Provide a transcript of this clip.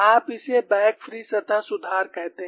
आप इसे back free सतह सुधार कहते हैं